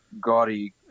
gaudy